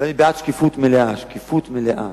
ואני בעד שקיפות מלאה, שקיפות מלאה.